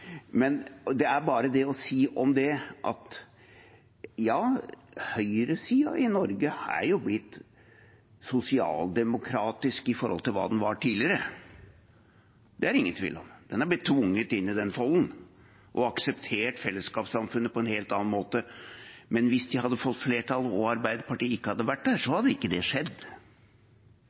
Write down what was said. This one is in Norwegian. bare det å si om det at ja, høyresiden i Norge har blitt sosialdemokratisk i forhold til hva den var tidligere. Det er det ingen tvil om, den har blitt tvunget inn i den folden og har akseptert fellesskapssamfunnet på en helt annen måte. Men hvis de hadde fått flertall og Arbeiderpartiet ikke hadde vært der, hadde ikke det skjedd.